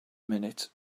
minute